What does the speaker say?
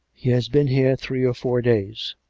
he has been here three or four days.